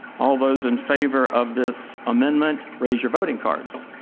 all those in favor of this amendment, raise your voting cards.